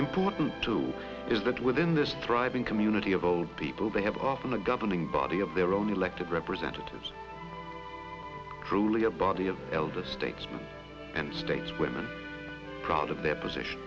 important to is that within this thriving community of old people they have often a governing body of their own elected representatives truly a body of elder statesmen and stateswomen proud of their position